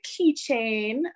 keychain